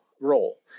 role